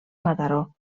mataró